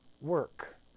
work